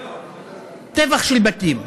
טבח של בתים.